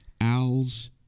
Owls